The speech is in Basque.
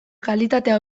kalitatea